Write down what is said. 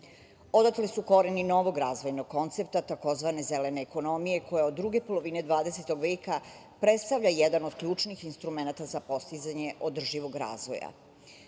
su koreni novog razvojnog koncepta tzv. zelene ekonomije, koja od druge polovine 20. veka predstavlja jedan od ključnih instrumenata za postizanje održivog razvoja. Zemlje